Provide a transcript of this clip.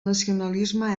nacionalisme